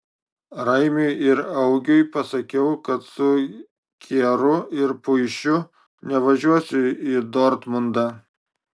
raimiui ir augiui pasakiau kad su kieru ir puišiu nevažiuosiu į dortmundą